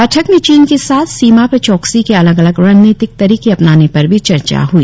बैठक में चीन के साथ सीमा पर चौकसी के अलग अलग रणनीतिक तरीके अपनाने पर भी चर्चा हई